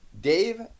Dave